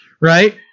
right